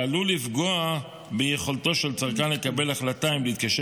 שעלול לפגוע ביכולתו של צרכן לקבל החלטה אם להתקשר